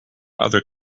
other